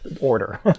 order